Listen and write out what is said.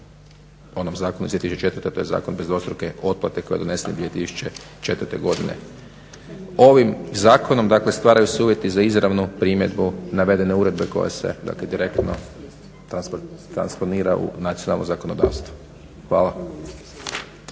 onom zakonu iz 2004. a to je Zakon bez dvostruke oplate koji je donesen 2004. godine. Ovim zakonom dakle stvaraju se uvjeti za izravnu primjedbu navedene uredbe koja se dakle direktno transponira u nacionalno zakonodavstvo. Hvala.